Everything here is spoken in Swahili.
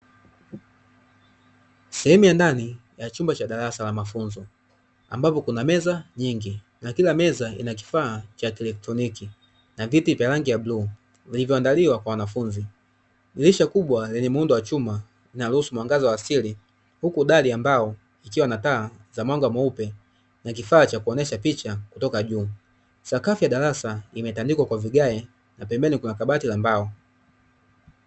Sehemu ya ndani ya chumba cha darasa la mafunzo ambapo kuna meza nyingi, na kila meza kuna kifaa cha kielektroiki na viti vya rangi ya bluu vilivyoandaliwa kwa wanafunzi. Dirisha kubwa lenye muundo wa chuma linaloruhusu muangaza wa siri, huku dari ya mbao ikiwa na taa za mwanga mweupe na kifaa cha kuonesha picha kutoka juu. Sakafu ya darasa imetandikwa kwa vigae na pembeni kuna kabati la mbao.